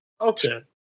Okay